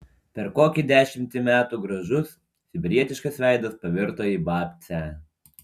per kokį dešimtį metų gražus sibirietiškas veidas pavirto į babcę